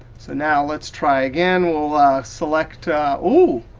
so now let's try again. we'll select oh,